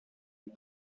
des